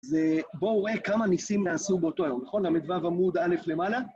זה... בואו נראה כמה ניסים נעשו באותו היום, נכון? ל"ו עמוד א' למעלה?